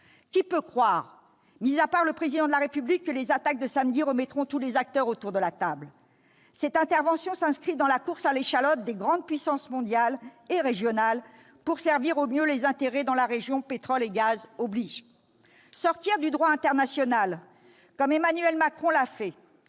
Qui peut croire, mis à part le Président de la République, que les attaques de samedi remettront tous les acteurs autour de la table ? Cette intervention s'inscrit dans la course à l'échalote des grandes puissances mondiales et régionales, pour servir au mieux les intérêts dans la région, pétrole et gaz obligent. Sortir du droit international, comme Emmanuel Macron l'a fait,